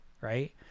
right